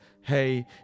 hey